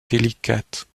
délicate